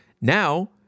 Now